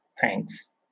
thanks